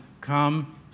come